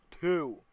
two